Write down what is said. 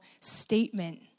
statement